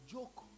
Joke